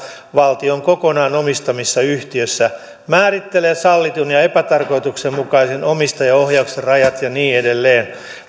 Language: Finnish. valtion kokonaan omistamissa yhtiöissä määrittelee sallitun ja epätarkoituksenmukaisen omistajaohjauksen rajat ja niin edelleen